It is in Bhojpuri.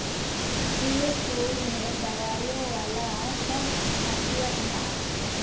एह फूल में दवाईयो वाला सब खासियत बा